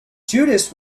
judas